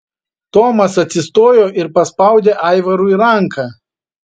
tomas atsistojo ir paspaudė aivarui ranką